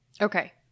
Okay